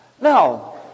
Now